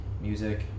Music